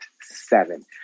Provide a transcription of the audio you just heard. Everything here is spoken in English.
seven